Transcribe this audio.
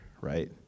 right